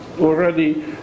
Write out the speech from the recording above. already